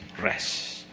rest